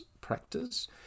practice